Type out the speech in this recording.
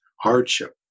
hardship